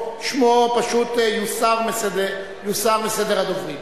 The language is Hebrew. ששמו יוסר מסדר הדוברים.